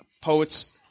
poets